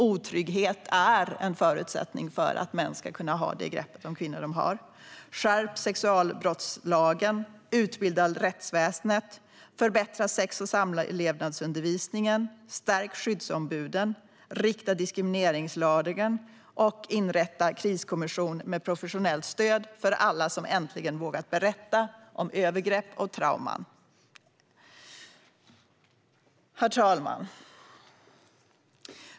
Otrygghet är en förutsättning för att män ska kunna ha det grepp om kvinnor som de har. Skärp sexualbrottslagen, utbilda rättsväsendet, förbättra sex och samlevnadsundervisningen, stärk skyddsombuden, rikta diskrimineringslagen och inrätta en kriskommission med professionellt stöd för alla som äntligen vågat berätta om övergrepp och trauman! Herr talman!